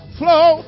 flow